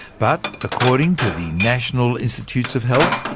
but according to the national institutes of health,